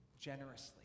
generously